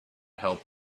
help